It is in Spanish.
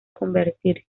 convertirse